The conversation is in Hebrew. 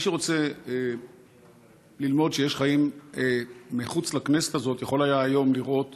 מי שרוצה ללמוד שיש חיים מחוץ לכנסת הזאת יכול היה היום לראות